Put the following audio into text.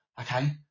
okay